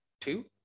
two